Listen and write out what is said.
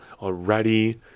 already